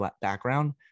background